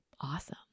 awesome